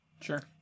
Sure